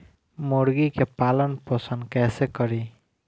मुर्गी के पालन पोषण कैसे करी?